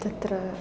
तत्र